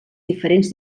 diferents